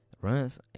runs